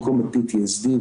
האקסלטוריים,